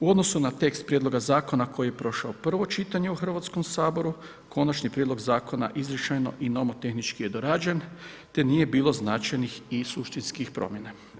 U odnosu na tekst prijedloga zakona koji je prošao prvo čitanje u Hrvatskom saboru, konačni prijedlog zakona izričajno i novotehnički je dorađen te nije bilo značajnih i suštinskih promjena.